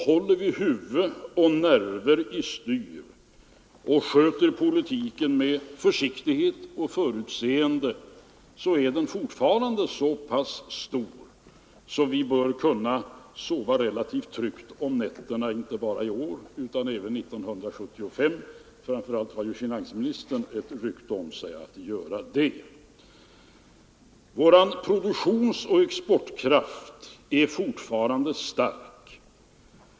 Håller vi huvud och nerver i styr och sköter politiken med försiktighet och förutseende, så är valutareserven fortfarande så pass stor att vi kan sova relativt tryggt om nätterna, inte bara i år utan även år 1975. Framför allt har ju finansministern ett rykte om sig att göra det. Vår produktionsoch exportkraft är fortfarande stark.